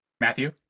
Matthew